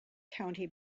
county